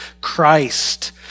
Christ